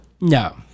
No